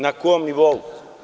Na kom nivou?